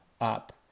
up